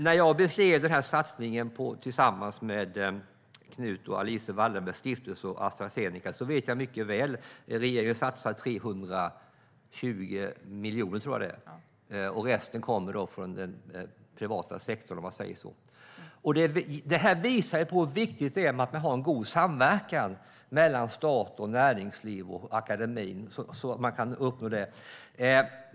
När jag beskrev satsningen tillsammans med Knut och Alice Wallenbergs stiftelse och Astra Zeneca vet jag mycket väl att regeringen satsar 320 miljoner, tror jag att det är. Resten kommer från den privata sektorn, om man säger så. Det här visar hur viktigt det är att man har en god samverkan mellan stat, näringsliv och akademi så att man kan uppnå det.